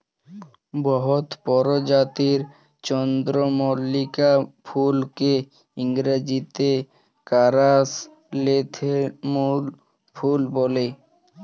বহুত পরজাতির চল্দ্রমল্লিকা ফুলকে ইংরাজিতে কারাসলেথেমুম ফুল ব্যলে